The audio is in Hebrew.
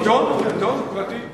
תקשורת פרטית בישראל,